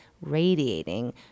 radiating